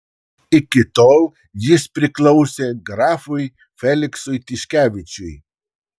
iki tol jis priklausė grafui feliksui tiškevičiui